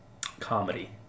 comedy